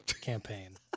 campaign